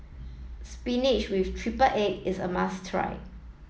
spinach with triple egg is a must try